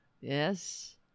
Yes